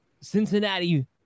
Cincinnati